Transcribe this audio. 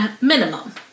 Minimum